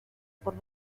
por